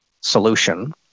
solution